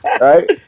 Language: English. Right